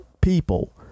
people